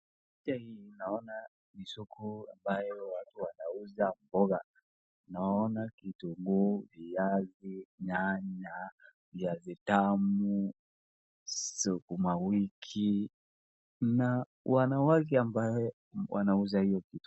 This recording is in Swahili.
Naona soko ambayo watu wanauza mboga, naona kitunguu, viazi, nyanya, viazi tamu, sukuma wiki, na wanawake ambaye wanauza hizi vitu.